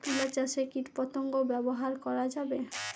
তুলা চাষে কীটপতঙ্গ ব্যবহার করা যাবে?